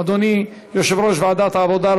אדוני יושב-ראש ועדת העבודה,